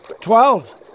Twelve